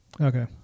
Okay